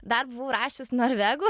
dar buvau įrašius norvegų